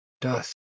Dust